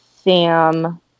Sam